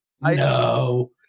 no